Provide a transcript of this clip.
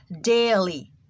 daily